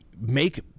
make